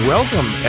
Welcome